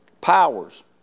Powers